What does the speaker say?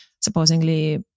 supposedly